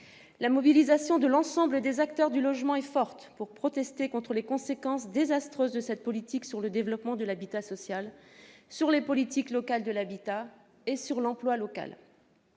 La mobilisation de l'ensemble des acteurs du logement est forte pour protester contre les conséquences désastreuses de cette politique sur le développement de l'habitat social, les politiques locales de l'habitat et l'emploi local.